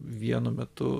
vienu metu